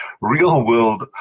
real-world